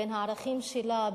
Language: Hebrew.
בין הערכים שלה,